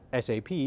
sap